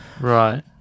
Right